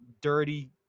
dirty